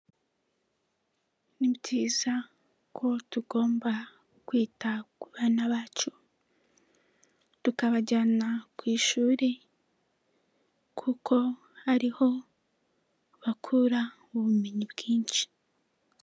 Ni byiza ko tugomba kwita ku bana bacu, tukabajyana ku ishuri kuko ariho bakura ubumenyi bwinshi.